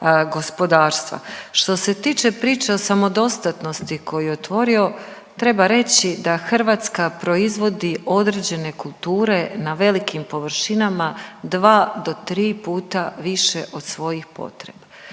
Što se tiče priče o samodostatnosti koju je otvorio, treba reći da Hrvatska proizvodi određene kulture na velikim površinama 2 do 3 puta više od svojih potreba.